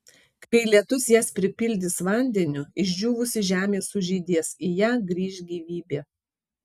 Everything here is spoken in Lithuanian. kai lietus jas pripildys vandeniu išdžiūvusi žemė sužydės į ją grįš gyvybė